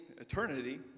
eternity